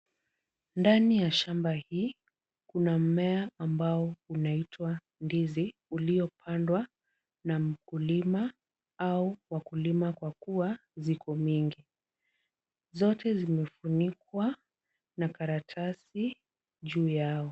Ndani ya shamba hii kuna mmea ambao unaitwa ndizi uliopandwa na mkulima au wakulima kwa kuwa ziko mingi. Zote zimefunikwa na karatasi juu yao.